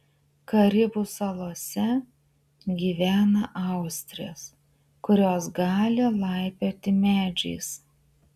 karibų salose gyvena austrės kurios gali laipioti medžiais